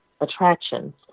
attractions